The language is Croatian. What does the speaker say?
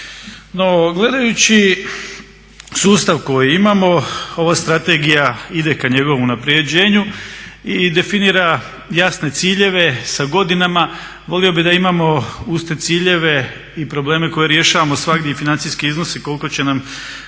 No gledajući sustav koji imamo ova strategija ide ka njegovu unapređenju i definira jasne ciljeve sa godinama. Volio bih da imamo uz te ciljeve i probleme koje rješavamo svagdje i financijski iznosi koliko će nas